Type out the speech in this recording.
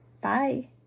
Bye